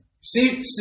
see